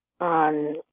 on